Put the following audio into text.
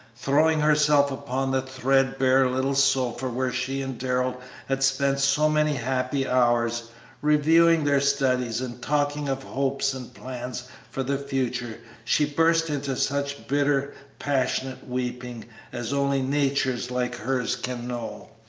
throwing herself upon the threadbare little sofa where she and darrell had spent so many happy hours reviewing their studies and talking of hopes and plans for the future, she burst into such bitter, passionate weeping as only natures like hers can know.